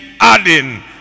adding